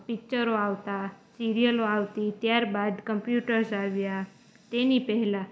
પિચરો આવતા સિરિયલો આવતી ત્યારબાદ કમ્પ્યુટર્સ આવ્યા તેની પહેલાં